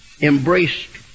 embraced